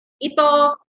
ito